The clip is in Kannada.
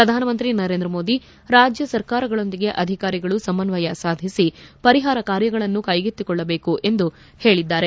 ಪ್ರಧಾನಮಂತ್ರಿ ನರೇಂದ್ರ ಮೋದಿ ರಾಜ್ಯ ಸರ್ಕಾರಗಳೊಂದಿಗೆ ಅಧಿಕಾರಿಗಳು ಸಮನ್ನಯ ಸಾಧಿಸಿ ಪರಿಹಾರ ಕಾರ್ಯಗಳನ್ನು ಕೈಗೆತ್ತಿಕೊಳ್ಳಬೇಕು ಎಂದು ಹೇಳಿದ್ದಾರೆ